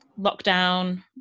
lockdown